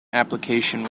application